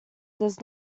does